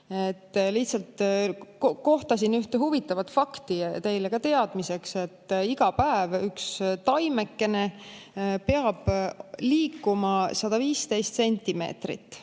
Lihtsalt kohtasin ühte huvitavat fakti, teile ka teadmiseks, et iga päev üks taimekene peab liikuma 115 sentimeetrit